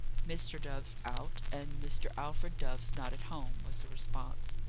mr. dove's out, and mr. alfred dove's not at home, was the response.